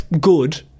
good